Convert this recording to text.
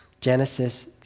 Genesis